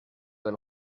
del